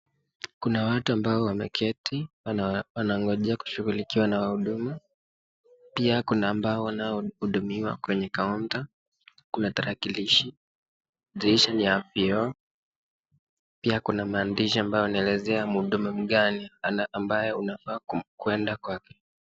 Kuna watu ambao wameketi wanangoja kushughulikiwa na huduma, pia kuna ambao wanahudumiwa kwenye kaunta kuna tarakilishi na dirisha ni ya kioo, pia kuna maandishi ambayo inaelezea ni mgani ambaye unafaa kwenda kwake.